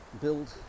build